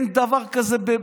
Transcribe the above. אין דבר כזה.